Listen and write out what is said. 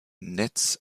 netz